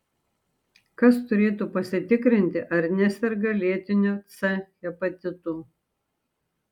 kas turėtų pasitikrinti ar neserga lėtiniu c hepatitu